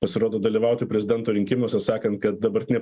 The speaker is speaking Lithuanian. pasirodo dalyvauti prezidento rinkimuose sakan kad dabartinė